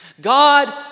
God